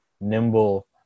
nimble